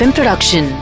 Production